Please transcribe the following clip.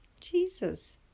Jesus